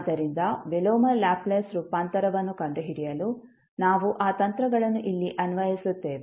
ಆದ್ದರಿಂದ ವಿಲೋಮ ಲ್ಯಾಪ್ಲೇಸ್ ರೂಪಾಂತರವನ್ನು ಕಂಡುಹಿಡಿಯಲು ನಾವು ಆ ತಂತ್ರಗಳನ್ನು ಇಲ್ಲಿ ಅನ್ವಯಿಸುತ್ತೇವೆ